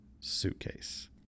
suitcase